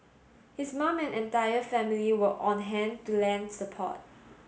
his mum and entire family were on hand to lend support